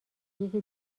یکی